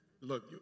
look